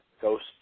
ghost